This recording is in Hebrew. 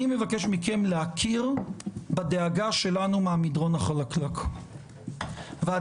ואני מאמין גדול בכך שאחת מן המשימות הגדולות של החברה הישראלית זה